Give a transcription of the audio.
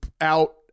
out